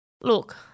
Look